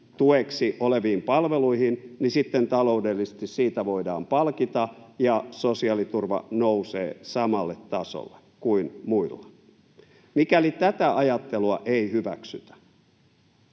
tueksi oleviin palveluihin, niin sitten taloudellisesti siitä voidaan palkita ja sosiaaliturva nousee samalle tasolle kuin muilla. Mikäli tätä ajattelua ei hyväksytä